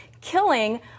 killing